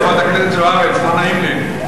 חברת הכנסת זוארץ, לא נעים לי.